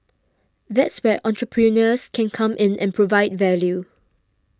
that's where entrepreneurs can come in and provide value